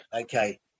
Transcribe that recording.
Okay